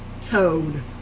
toad